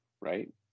right